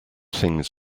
things